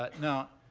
but now,